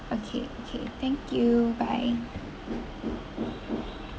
okay okay thank you bye